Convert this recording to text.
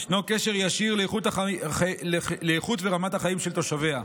ישנו קשר ישיר לאיכות ורמת החיים של תושביה.